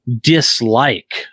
dislike